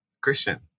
Christian